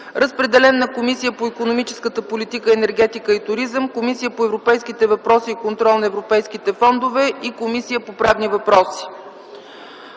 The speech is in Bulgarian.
Разпределен е на Комисията по икономическата политика, енергетика и туризъм, Комисията по европейските въпроси и контрол на европейските фондове и Комисията по правни въпроси;